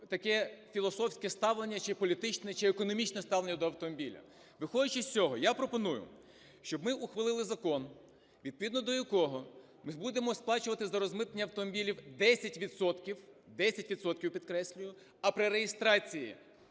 таке філософське ставлення, чи політичне, чи економічне ставлення до автомобіля. Виходячи з цього, я пропоную, щоб ми ухвалили закон, відповідно до якого ми будемо сплачувати за розмитнення автомобілів 10 відсотків, 10 відсотків, підкреслюю, а при реєстрації